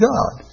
God